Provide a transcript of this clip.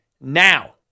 now